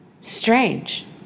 Strange